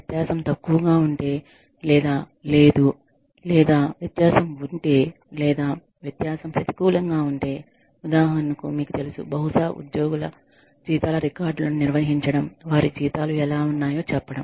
వ్యత్యాసం తక్కువగా ఉంటే లేదా లేదు లేదా వ్యత్యాసం ఉంటే లేదా వ్యత్యాసం ప్రతికూలంగా ఉంటే ఉదాహరణకు మీకు తెలుసు బహుశా ఉద్యోగుల జీతాల రికార్డులను నిర్వహించడం వారి జీతాలు ఎలా ఉన్నాయో చెప్పడం